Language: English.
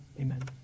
amen